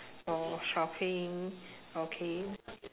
or shopping okay